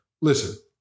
Listen